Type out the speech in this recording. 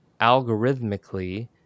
algorithmically